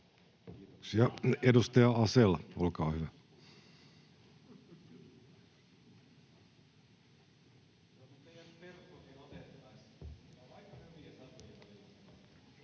Kiitoksia. — Edustaja Asell, olkaa hyvä.